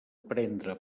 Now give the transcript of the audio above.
prendre